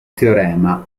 teorema